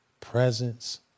presence